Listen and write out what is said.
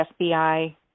FBI